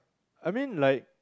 I mean like